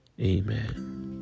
amen